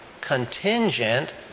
contingent